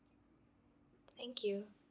thank you